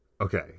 Okay